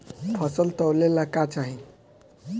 फसल तौले ला का चाही?